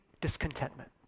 discontentment